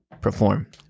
perform